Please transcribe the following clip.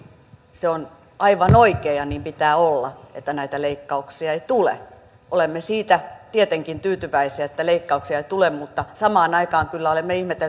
se on aivan oikein ja niin pitää olla että näitä leikkauksia ei tule olemme siitä tietenkin tyytyväisiä että leikkauksia ei tule mutta samaan aikaan kyllä olemme